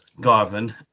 Garvin